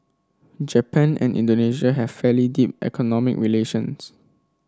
Japan and Indonesia have fairly deep economic relations